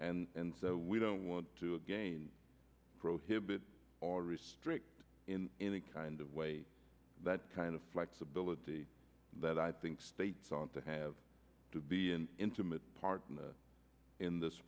exists and we don't want to again prohibit or restrict in any kind of way that kind of flexibility but i think states ought to have to be an intimate partner in this